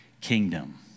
kingdom